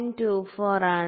24 ആണ്